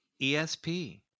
esp